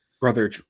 brother